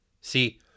See